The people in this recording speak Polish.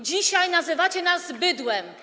Dzisiaj nazywacie nas bydłem.